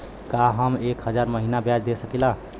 का हम एक हज़ार महीना ब्याज दे सकील?